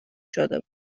شده